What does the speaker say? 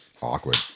Awkward